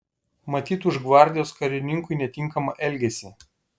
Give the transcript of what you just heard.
matyt už gvardijos karininkui netinkamą elgesį